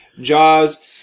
Jaws